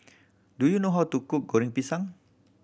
do you know how to cook Goreng Pisang